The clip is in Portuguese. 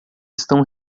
estão